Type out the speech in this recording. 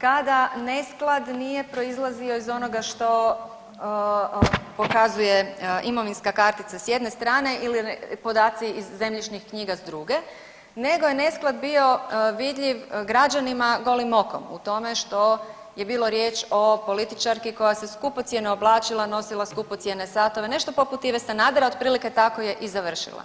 kada nesklad nije proizlazio iz onoga što pokazuje imovinska kartica s jedne strane ili podaci iz zemljišnih knjiga s druge nego je nesklad bio vidljiv građanima golim okom u tome što je bilo riječ o političarki koja se skupocjeno oblačila, nosila skupocjene satove, nešto poput Ive Sanadera, otprilike tako je i završila.